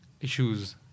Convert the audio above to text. issues